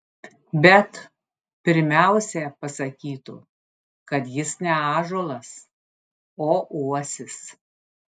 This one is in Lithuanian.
bet pirmiausia pasakytų kad jis ne ąžuolas o uosis